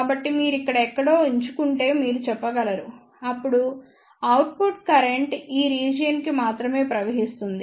కాబట్టి మీరు ఇక్కడ ఎక్కడో ఎంచుకుంటే మీరు చెప్పగలరు అప్పుడు అవుట్పుట్ కరెంట్ ఈ రీజియన్ కి మాత్రమే ప్రవహిస్తుంది